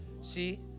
See